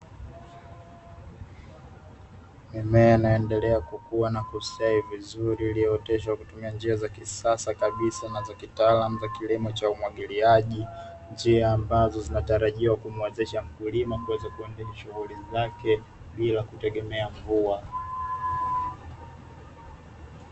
Mimea inaendelea kukua na kustawi vizuri, iliyooteshwa kutumia njia za kisasa kabisa na za kitaalamu za kilimo cha umwagiliaji, njia ambazo zinatarajiwa kumuwezesha mkulima kuweza kuendesha shughuli zake bila bila kutegemea mvua.